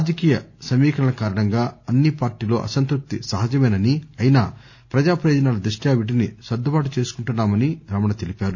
రాజకీయ సమీకరణల కారణంగా అన్ని పార్టీల్లో అసంతృప్తి సహజమేనని అయినా ప్రజా ప్రయోజనాల దృష్ట్యా వీటిని సర్దుబాటు చేసుకుంటున్నామని రమణ తెలిపారు